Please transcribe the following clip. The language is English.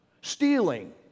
Stealing